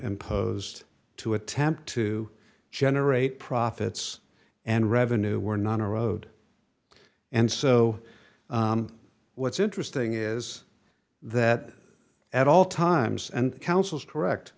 imposed to attempt to generate profits and revenue were not erode and so what's interesting is that at all times and counsels correct